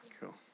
Cool